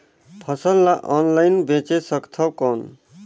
फसल ला ऑनलाइन बेचे सकथव कौन?